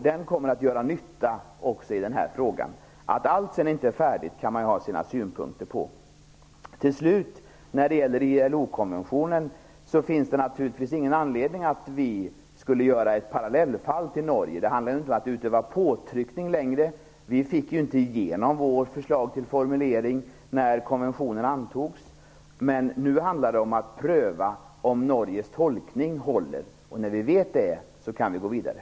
Den kommer att göra nytta också i den här frågan. Att allt sedan inte är färdigt kan man ju ha sina synpunkter på. När det gäller ILO-konventionen finns det naturligtvis inte någon anledning att vi skulle utgöra ett parallellfall till Norge. Det handlar ju inte längre om att utöva påtryckningar. Vi fick ju inte igenom vårt förslag till formulering när konventionen antogs. Nu gäller det att pröva om Norges tolkning håller. När vi vet det kan vi gå vidare.